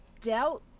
doubt